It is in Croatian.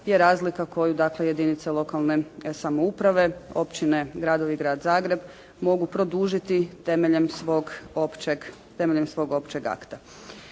je razlika koju dakle jedinice lokalne samouprave, općine, gradovi i Grad Zagreb mogu produžiti temeljem svog općeg akta.